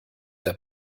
der